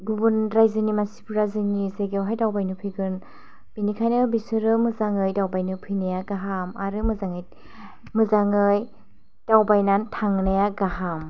गुबुन रायजोनि मानसिफोरा जोंनि जायगायाव हाय दावबायनो फैगोन बेनिखायनो बिसोरो मोजाङै दावबायनो फैनाया गाहाम आरो मोजाङै मोजाङै दावबायना थांनाया गाहाम